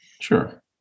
Sure